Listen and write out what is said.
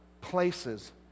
places